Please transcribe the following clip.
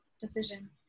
decision